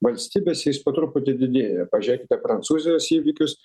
valstybėse jis po truputį didėja pažiūrėkite prancūzijos įvykius